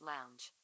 Lounge